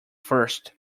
first